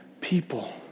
people